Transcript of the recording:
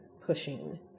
pushing